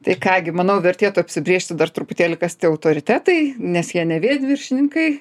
tai ką gi manau vertėtų apsibrėžti dar truputėlį kas tie autoritetai nes jie ne vien viršininkai